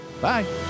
Bye